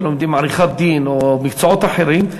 ולומדים עריכת-דין או מקצועות אחרים,